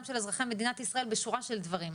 של אזרחי מדינת ישראל בשורה של דברים.